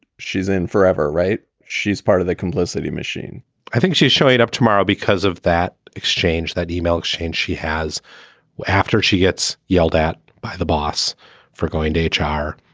she's in forever. right. she's part of the complicity machine i think she's showing up tomorrow because of that exchange, that e-mail exchange she has after she gets yelled at by the boss for going to h r.